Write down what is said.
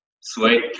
Sweet